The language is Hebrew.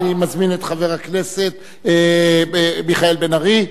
אני מזמין את חבר הכנסת מיכאל בן-ארי,